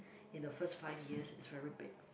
in the first five years is very big